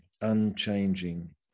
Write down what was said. unchanging